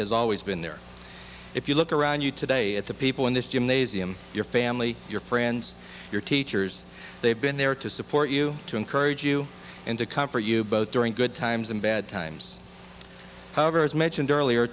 has always been there if you look around you today at the people in this gymnasium your family your friends your teachers they've been there to support you to encourage you and to come for you both during good times and bad times however as mentioned earlier